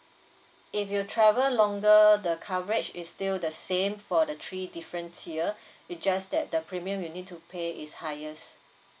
if you travel longer the coverage is still the same for the three different tier it just that the premium you need to pay is highest